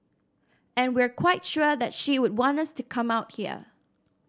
and we're quite sure that she would want us to come out here